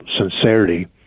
sincerity